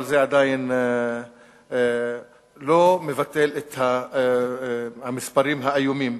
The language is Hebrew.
אבל זה עדיין לא מבטל את המספרים האיומים.